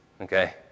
okay